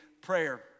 prayer